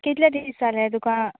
कितले दीस जाले तुका